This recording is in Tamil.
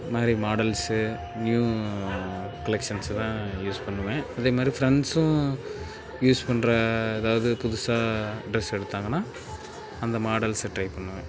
மாதிரி மாடல்ஸு நியூ கலெக்ஷன்ஸை தான் யூஸ் பண்ணுவேன் அதே மாதிரி ஃப்ரெண்ட்ஸும் யூஸ் பண்ணுற ஏதாவது புதுசாக ட்ரெஸ் எடுத்தாங்கன்னா அந்த மாடல்ஸை ட்ரை பண்ணுவேன்